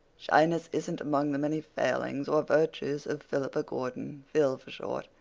shyness isn't among the many failings or virtues of philippa gordon phil for short.